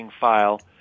file